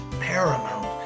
Paramount